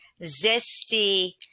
zesty